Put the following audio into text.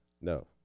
No